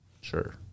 Sure